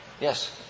Yes